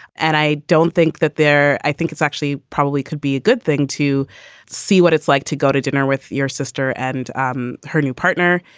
and i don't think that they're i think it's actually probably could be a good thing to see what it's like to go to dinner with your sister and um her new partner.